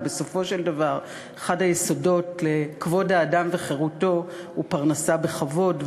ובסופו של דבר אחד היסודות של כבוד האדם וחירותו הוא פרנסה בכבוד,